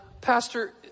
Pastor